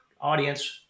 audience